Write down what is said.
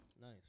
Nice